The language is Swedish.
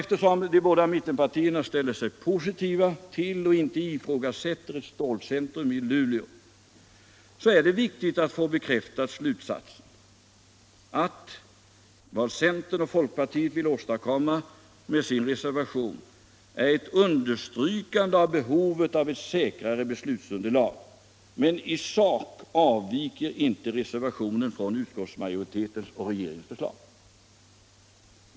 Eftersom de båda mittenpartierna ställer sig positiva till och inte ifrågasätter ett stålcentrum i Luleå, är det viktigt att få slutsatsen bekräftad att vad centern och folkpartiet vill åstadkomma med sin reservation är ett understrykande av behovet av ett säkrare beslutsunderlag men att reservationen i sak inte avviker från utskottsmajoritetens och regeringens förslag.